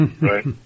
Right